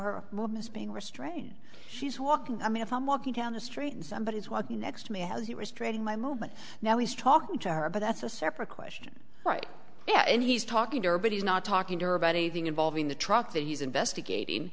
movements being restrained she's walking i mean if i'm walking down the street and somebody is walking next to me has he restraining my movement now he's talking to her but that's a separate question right yeah and he's talking to her but he's not talking to her about anything involving the truck that he's investigating